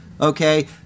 Okay